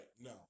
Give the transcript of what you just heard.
no